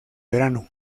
verano